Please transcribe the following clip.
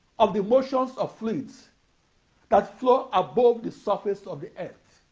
of the motions of fluids that flow above the surface of the earth,